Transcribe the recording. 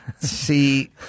see